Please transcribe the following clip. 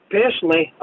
personally